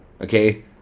okay